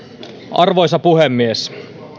arvoisa puhemies